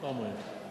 איפה המים?